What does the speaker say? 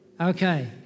Okay